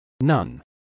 None